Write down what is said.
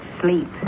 sleep